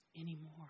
anymore